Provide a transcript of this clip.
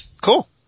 Cool